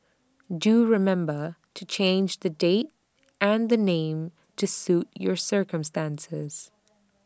do remember to change the date and the name to suit your circumstances